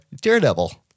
Daredevil